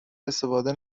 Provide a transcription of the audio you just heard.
استفاده